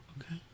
okay